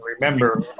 remember